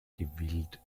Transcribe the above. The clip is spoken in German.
gewillt